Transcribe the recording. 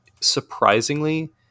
surprisingly